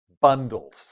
bundles